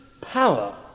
power